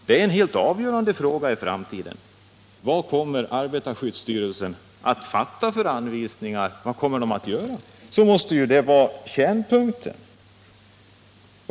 En helt avgörande fråga för framtiden är vilka anvisningar arbetarskyddstyrelsen kommer att utfärda och vad den i övrigt kommer att göra. Detta måste vara kärnpunkten.